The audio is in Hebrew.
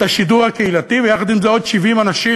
את השידור הקהילתי, ויחד עם זה, עוד 70 אנשים